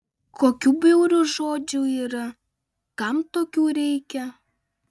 kokių bjaurių žodžių yra kam tokių reikia